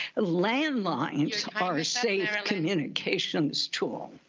landlines are safe communications tool.